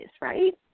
right